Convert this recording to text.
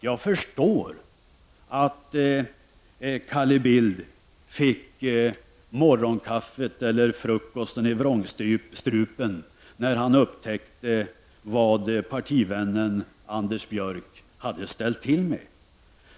Jag förstår att Carl Bildt fick morgonkaffet i vrångstrupen när han upptäckte vad partivännen Anders Björck hade ställt till med.